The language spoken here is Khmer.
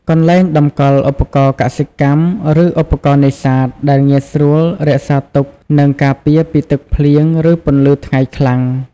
កន្លែងតម្កល់ឧបករណ៍កសិកម្ម ឬឧបករណ៍នេសាទ ដែលងាយស្រួលរក្សាទុក និងការពារពីទឹកភ្លៀង ឬពន្លឺថ្ងៃខ្លាំង ។